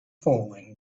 falling